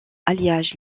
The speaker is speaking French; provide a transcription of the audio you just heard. alliage